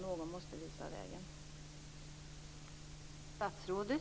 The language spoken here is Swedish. Någon måste visa vägen.